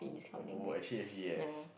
oh actually actually yes